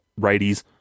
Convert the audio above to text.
righties